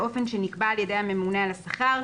באופן שנקבע על ידי הממונה על השכר,